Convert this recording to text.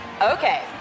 Okay